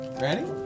Ready